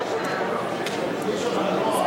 בוא נאמר,